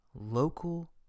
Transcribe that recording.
local